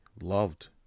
loved